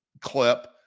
clip